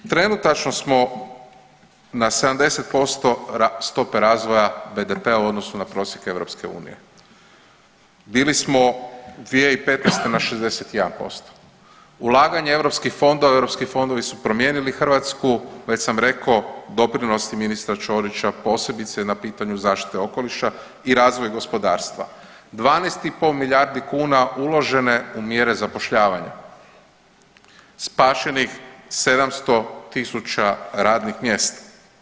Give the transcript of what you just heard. Trenutačno smo na 70% stope razvoja BDP-a u odnosu na prosjek EU, bili smo 2015. na 61%, ulaganje u europske fondove, europski fondovi su promijenili Hrvatsku već sam rekao doprinos ministra Ćorića posebice na pitanju zaštite okoliša i razvoj gospodarstva, 12,5 milijardi kuna uložene u mjere zapošljavanja, spašenih 700.000 radnih mjesta.